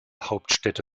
hauptstädte